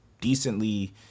decently